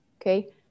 okay